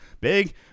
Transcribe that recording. Big